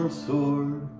sword